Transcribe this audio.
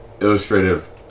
illustrative